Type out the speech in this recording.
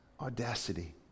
audacity